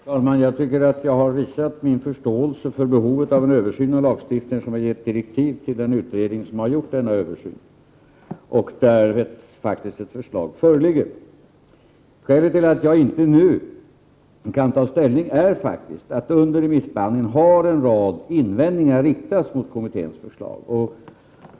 Herr talman! Jag tycker att jag har visat min förståelse för behovet av en översyn av lagstiftningen, eftersom jag har givit direktiv till den utredning som har gjort denna översyn. Dessutom föreligger faktiskt ett förslag från denna utredning. Skälet till att jag inte nu kan ta ställning i frågan är att under remissbehandlingen en rad invändningar har riktats mot kommitténs förslag.